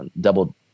double